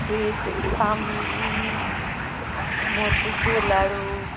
sweet ताम मोतिचूर लाडू